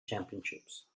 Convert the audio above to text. championships